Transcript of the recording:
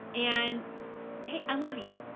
and hey i love you.